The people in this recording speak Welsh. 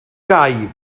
gaib